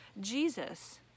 Jesus